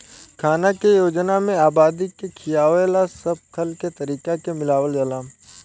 खाना के योजना में आबादी के खियावे ला सब खल के तरीका के मिलावल जाला